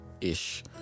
ish